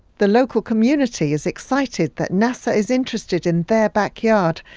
the local community is excited that nasa is interested in their backyard,